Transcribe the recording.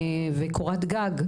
וקורת גג,